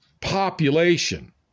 population